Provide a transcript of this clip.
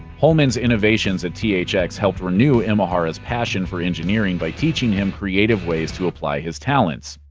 holman's innovations at thx helped renew imahara's passion for engineering by teaching him creative ways to apply his talents.